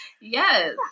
yes